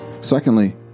secondly